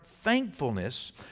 thankfulness